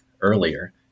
earlier